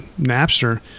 Napster